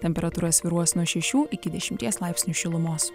temperatūra svyruos nuo šešių iki dešimties laipsnių šilumos